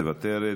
מוותרת.